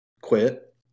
quit